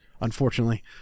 unfortunately